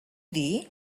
dir